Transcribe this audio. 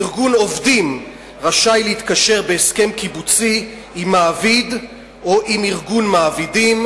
ארגון עובדים רשאי להתקשר בהסכם קיבוצי עם מעביד או עם ארגון מעבידים,